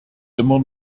immer